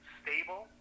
stable